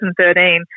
2013